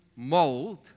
Mold